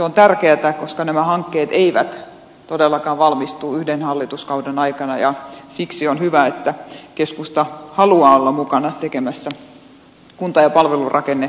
ilolla kuuntelin koska nämä hankkeet eivät todellakaan valmistu yhden hallituskauden aikana ja siksi on tärkeätä ja hyvä että keskusta haluaa olla mukana tekemässä kunta ja palvelurakenneuudistusta